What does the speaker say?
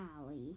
alley